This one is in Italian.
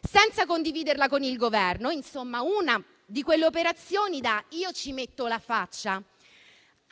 senza condividerla con il Governo? Insomma, una di quelle operazioni da "io ci metto la faccia".